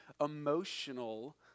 emotional